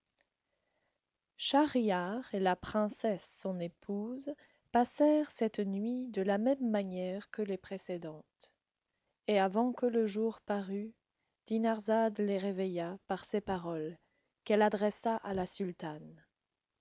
schahriar et la princesse son épouse passèrent cette nuit de la même manière que les précédentes et avant que le jour parût dinarzade les réveilla par ces paroles qu'elle adressa à la sultane